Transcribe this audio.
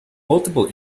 multiple